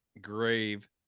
grave